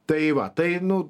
tai va tai nu